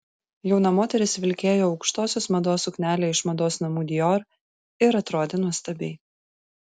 jauna moteris vilkėjo aukštosios mados suknelę iš mados namų dior ir atrodė nuostabiai